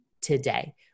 today